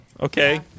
Okay